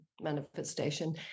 manifestation